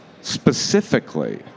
specifically